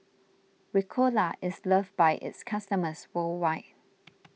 Ricola is loved by its customers worldwide